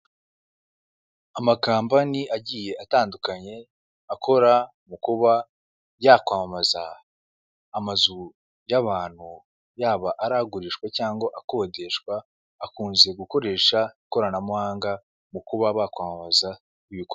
Amakampani agiye atandukanye akora mu kuba yakwamamaza amazu y'abantu yaba ari agurishwa cyangwa akodeshwa, akunze gukoresha ikoranabuhanga mu kuba bakwamamaza ibikorwa.